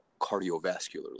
cardiovascularly